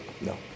No